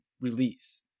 release